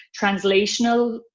translational